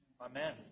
Amen